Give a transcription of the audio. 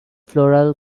floral